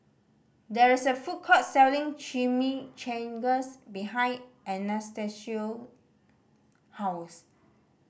there is a food court selling Chimichangas behind Anastacio house